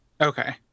Okay